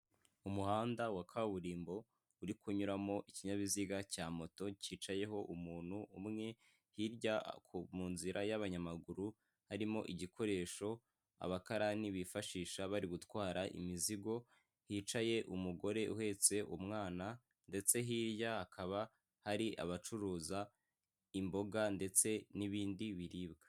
Ni akazu ka emutiyene kateye irangi ry'umuhondo gafunze imiryango yose gashushanyijeho serivisi zose emutiyene itanga kari hagati y'ibyapa bibiri ndetse nipoto n'ishyamba.